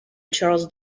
charles